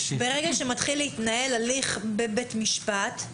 ברגע שמתחיל להתנהל הליך בבית משפט,